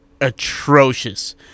atrocious